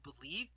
believe